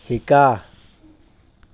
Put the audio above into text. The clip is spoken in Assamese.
শিকা